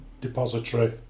Depository